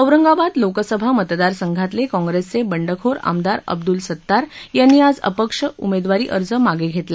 औरंगाबाद लोकसभा मतदार संघातले काँप्रेसचे बंडखोर आमदार अब्दुल सत्तार यांनी आज अपक्ष उमेदवारी अर्ज मागे घेतला